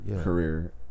career